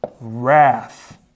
wrath